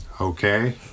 Okay